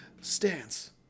Stance